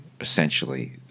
essentially